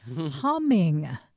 humming